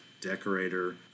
decorator